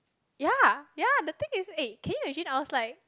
ya ya the thing is eh can you imagine I was like